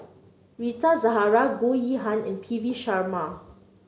Rita Zahara Goh Yihan and P V Sharma